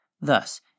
Thus